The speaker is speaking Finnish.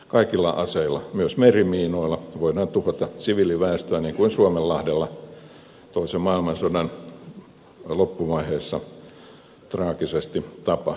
kaikilla aseilla myös merimiinoilla voidaan tuhota siviiliväestöä niin kuin suomenlahdella toisen maailmansodan loppuvaiheessa traagisesti tapahtui